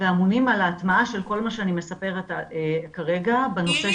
ואמונים על ההטמעה של כל מה שאני מספרת כרגע בנושא